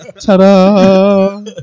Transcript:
Ta-da